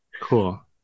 Cool